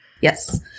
Yes